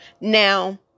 Now